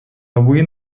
avui